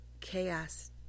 chaos